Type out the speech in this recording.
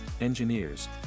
engineers